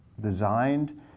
designed